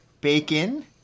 bacon